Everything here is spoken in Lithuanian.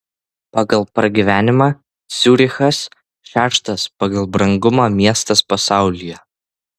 pagal pragyvenimą ciurichas šeštas pagal brangumą miestas pasaulyje